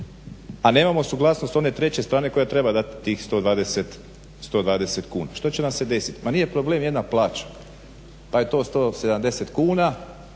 A nemamo suglasnost one treće strane koja treba dati tih 120 kuna. Što će nam se desiti? Ma nije problem jedna plaća pa je to 170 kuna